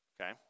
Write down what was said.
Okay